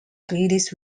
british